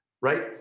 right